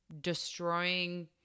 destroying